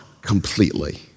completely